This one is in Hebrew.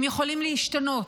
הם יכולים להשתנות,